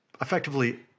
effectively